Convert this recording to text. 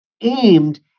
aimed